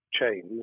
chains